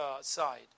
side